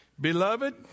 Beloved